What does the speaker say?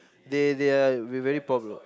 they they are we very problem